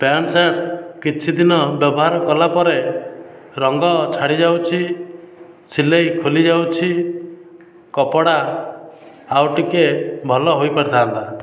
pant shirt କିଛିଦିନ ବ୍ୟବହାର କଲା ପରେ ରଙ୍ଗ ଛାଡ଼ିଯାଉଛି ସିଲାଇ ଖୋଲି ଯାଉଛି କପଡ଼ା ଆଉ ଟିକେ ଭଲ ହୋଇପାରିଥାନ୍ତା